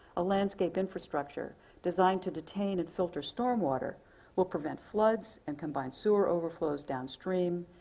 a landscape infrastructure designed to detain and filter storm water will prevent floods, and combined sewer overflows downstream,